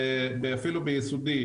אפילו ביסודי,